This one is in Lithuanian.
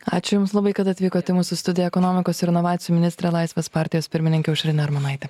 ačiū jums labai kad atvykot į mūsų studiją ekonomikos ir inovacijų ministrė laisvės partijos pirmininkė aušrinė armonaitė